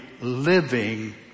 living